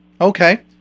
Okay